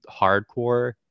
hardcore